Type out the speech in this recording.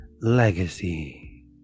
Legacy